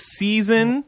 season